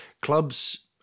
Clubs